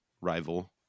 rival